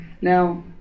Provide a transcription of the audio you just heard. Now